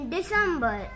December